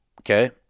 okay